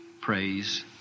Praise